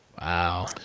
Wow